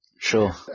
Sure